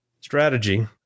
strategy